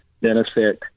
benefit